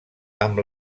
amb